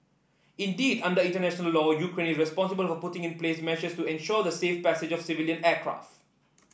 indeed under international law Ukraine is responsible for putting in place measures to ensure the safe passage of civilian aircraft